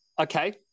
Okay